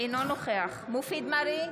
אינו נוכח מופיד מרעי,